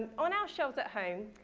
on our shelves at home,